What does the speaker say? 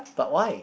but why